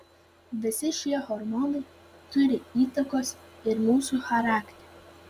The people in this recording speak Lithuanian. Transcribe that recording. visi šie hormonai turi įtakos ir mūsų charakteriui